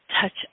touch